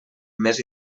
més